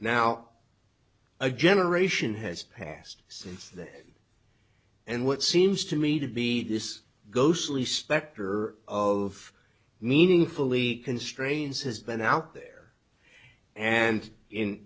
now a generation has passed since then and what seems to me to be this ghostly specter of meaningfully constrains has been out there and in